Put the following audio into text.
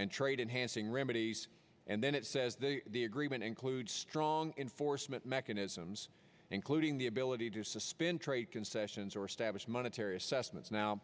and trade in hansing remedies and then it says the agreement includes strong enforcement mechanisms including the ability to suspend trade concessions or status monetary assessments now